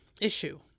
issue